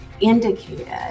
indicated